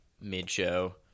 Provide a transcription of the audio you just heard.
mid-show